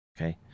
Okay